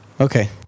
Okay